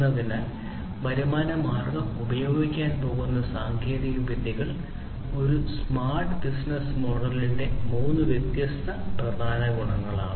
അതിനാൽ അതാണ് വരുമാന മാർഗ്ഗം ഉപയോഗിക്കാൻ പോകുന്ന വ്യത്യസ്ത സാങ്കേതികവിദ്യകൾ ഒരു സ്മാർട്ട് ബിസിനസ്സ് മോഡലിന്റെ മൂന്ന് വ്യത്യസ്ത പ്രധാന ഗുണങ്ങളാണ്